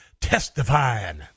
testifying